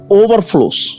overflows